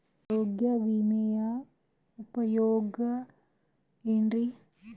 ಆರೋಗ್ಯ ವಿಮೆಯ ಉಪಯೋಗ ಏನ್ರೀ?